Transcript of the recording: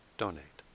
donate